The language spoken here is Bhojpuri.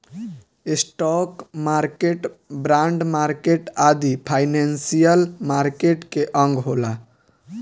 स्टॉक मार्केट, बॉन्ड मार्केट आदि फाइनेंशियल मार्केट के अंग होला